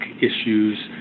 issues